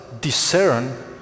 discern